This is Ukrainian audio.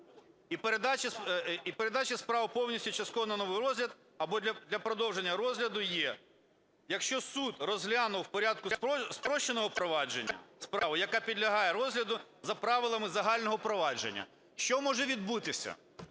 і передачі справи повністю або частково на новий розгляд або для продовження розгляду є: якщо суд розглянув в порядку спрощеного провадження справу, яка підлягає розгляду за правилами загального провадження". Що може відбутися?